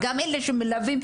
גם אלה שמלווים.